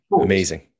amazing